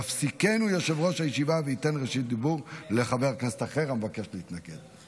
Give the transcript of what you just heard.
יפסיקנו יושב-ראש הישיבה וייתן רשות דיבור לחבר כנסת אחר המבקש להתנגד".